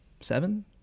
seven